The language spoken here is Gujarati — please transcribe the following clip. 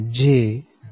02 j0